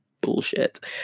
bullshit